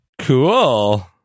Cool